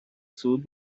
صعود